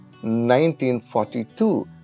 1942